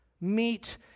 meet